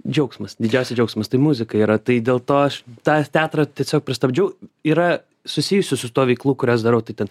džiaugsmas didžiausias džiaugsmas tai muzika yra tai dėl to aš tą teatrą tiesiog pristabdžiau yra susijusi su tuo veiklų kurias darau tai ten